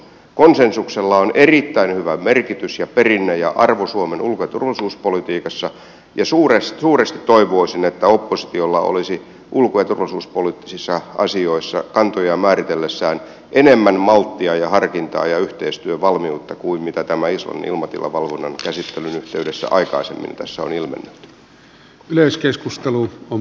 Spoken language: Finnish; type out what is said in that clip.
konsensuksella on erittäin hyvä merkitys ja perinne ja arvo suomen ulko ja turvallisuuspolitiikassa ja suuresti toivoisin että oppositiolla olisi ulko ja turvallisuuspoliittisissa asioissa kantoja määritellessään enemmän malttia ja harkintaa ja yhteistyövalmiutta kuin mitä tämän islannin ilmatilavalvonnan käsittelyn yhteydessä aikaisemmin tässä on ilmennyt